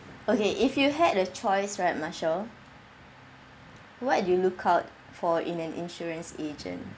okay if you had a choice right marshal what do you look out for in an insurance agent